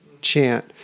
chant